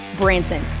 Branson